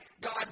God